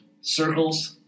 circles